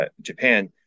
Japan